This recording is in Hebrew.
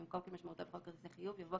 במקום "כמשמעותו בחוק כרטיסי חיוב" יבוא